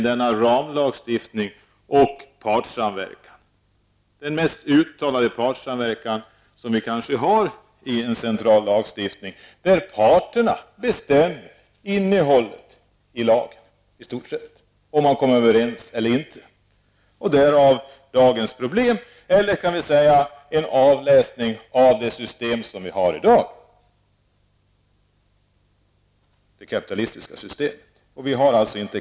Det är den mest uttalade partssamverkan som finns i en central lagstiftning, där parterna har bestämt innehållet i lagen i stort sett. Dagens problem är en avläsning av det system som vi har i dag, det kapitalistiska systemet.